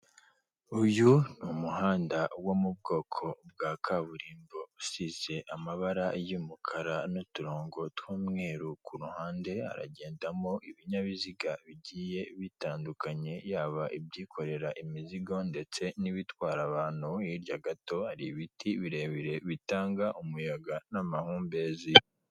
Uyu ni umuhanda wo mu bwoko bwa kaburimbo usize amabara y'umukara n'uturongo tw'umweru kuruhande, haragendamo ibinyabiziga bigiye bitandukanye yaba ibyikorera imizigo ndetse n'ibitwara abantu, hirya gato hari ibiti birebire bitanga umuyaga n'amahumbezi.